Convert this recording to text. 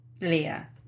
Leah